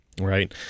right